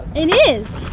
it is!